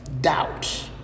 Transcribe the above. doubt